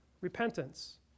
repentance